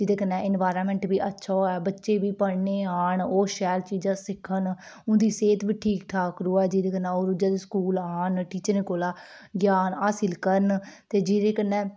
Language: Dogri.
एह्दे कन्नै इन्वायरनामेंट बी अच्छा होऐ बच्चे बी पढ़ने गी आन ओह् शैल चीज़ां सिक्खन उंदी सेह्त बी ठीक ठाक रवै जेह्दे कन्नै ओह् जदू स्कूल आन टीचरें कोला ज्ञान हासिल करन ते जेह्दे कन्नै